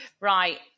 Right